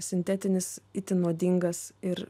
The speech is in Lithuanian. sintetinis itin nuodingas ir